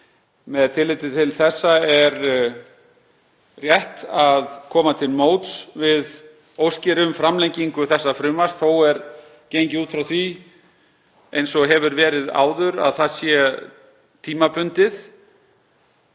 Með tilliti til þessa er rétt að koma til móts við óskir um framlagningu þessa frumvarps. Þó er gengið út frá því, eins og verið hefur áður, að það sé tímabundið.